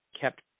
kept